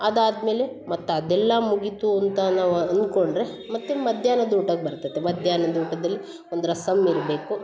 ಅದು ಆದ ಮೇಲೆ ಮತ್ತೆ ಅದೆಲ್ಲ ಮುಗಿತು ಅಂತ ನಾವು ಅನ್ಕೊಂಡರೆ ಮತ್ತೆ ಮಧ್ಯಾಹ್ನದ ಊಟಕ್ಕೆ ಬರ್ತೈತೆ ಮಧ್ಯಾಹ್ನದ ಊಟದಲ್ಲಿ ಒಂದು ರಸಮ್ ಇರಬೇಕು